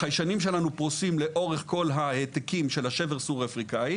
החיישנים שלנו פורסים לאורך כל ההעתקים של השבר הסורי-אפריקאי,